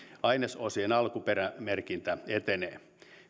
ainesosien alkuperämerkintä etenee